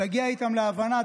תגיע איתם להבנה,